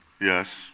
Yes